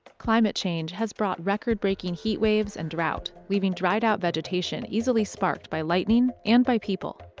climate change has brought record-breaking heat waves and drought, leaving dried out vegetation easily sparked by lightning and by people.